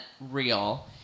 real